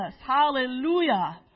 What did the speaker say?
Hallelujah